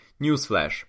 Newsflash